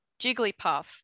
Jigglypuff